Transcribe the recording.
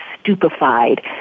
stupefied